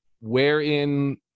wherein